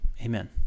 amen